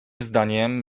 zdaniem